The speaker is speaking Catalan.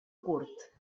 curt